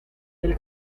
del